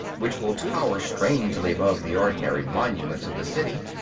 which will tower strangely above the ordinary monuments of the city.